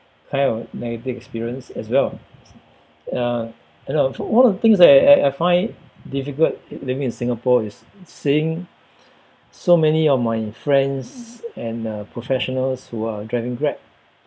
kind of negative experience as well uh a lot of one of the things that I I find difficult living in Singapore is seeing so many of my friends and uh professionals who are driving Grab